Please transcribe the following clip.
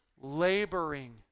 Laboring